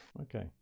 Okay